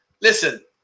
listen